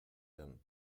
them